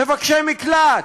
מבקשי מקלט?